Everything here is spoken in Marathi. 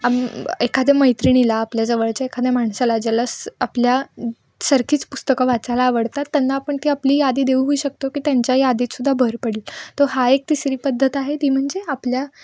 आम् एखाद्या मैत्रिणीला आपल्या जवळच्या एखाद्या माणसाला ज्याला स आपल्या सारखीच पुस्तकं वाचायला आवडतात त्यांना आपण ती आपली यादी देऊही शकतो की त्यांच्या यादीत सुद्धा भर पडेल तो हा एक तिसरी पद्धत आहे ती म्हणजे आपल्या